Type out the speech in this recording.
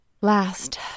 Last